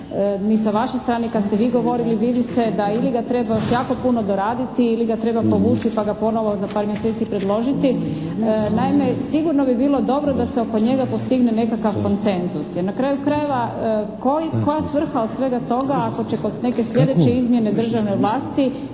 ni sa vaše strane kada ste vi govorili vidi se da ili ga treba još jako puno doraditi ili ga treba povući pa ga ponovo za par mjeseci predložiti. Naime, sigurno bi bilo dobro da se oko njega postigne nekakav konsenzus. Jer na kraju krajeva, koja svrha od svega toga ako će kod neke sljedeće izmjene državne vlasti